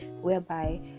whereby